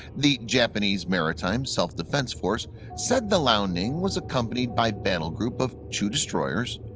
the japanese maritime self-defense force said the liaoning was accompanied by battle group of two destroyers,